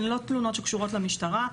הן לא תלונות שקשורות למשטרה,